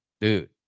dude